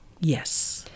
Yes